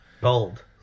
Bold